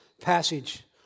passage